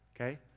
Okay